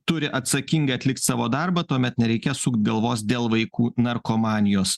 turi atsakingai atlikt savo darbą tuomet nereikės sukt galvos dėl vaikų narkomanijos